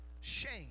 shame